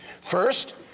First